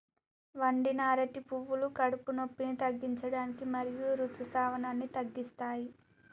వండిన అరటి పువ్వులు కడుపు నొప్పిని తగ్గించడానికి మరియు ఋతుసావాన్ని తగ్గిస్తాయి